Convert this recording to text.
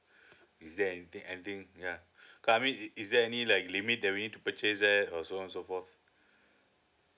is there anything anything yeah uh I mean is is there any like limit that we need to purchase that or so on and so forth